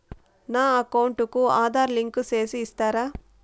నా అకౌంట్ కు ఆధార్ లింకు సేసి ఇస్తారా?